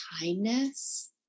kindness